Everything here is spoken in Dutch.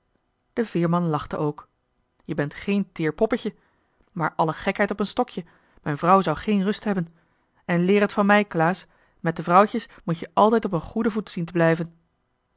de veerman lachte ook je bent geen teer poppetje maar alle gekheid op een stokje m'n vrouw zou geen rust hebben en leer het van mij klaas met de vrouwtjes moet-je altijd op een goeden voet zien te blijven